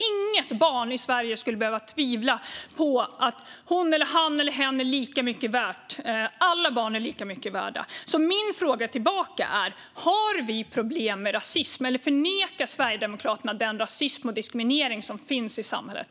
Inget barn i Sverige ska behöva tvivla på att hon, han eller hen är lika mycket värd som andra. Alla barn är lika mycket värda. Min fråga tillbaka är: Har vi problem med rasism, eller förnekar Sverigedemokraterna den rasism och diskriminering som finns i samhället?